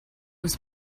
was